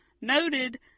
noted